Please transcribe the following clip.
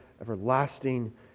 everlasting